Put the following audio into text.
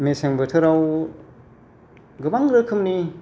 मेसें बोथोराव गोबां रोखोमनि